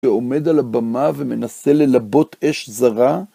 הוא עומד על הבמה ומנסה ללבות אש זרה.